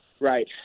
Right